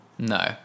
No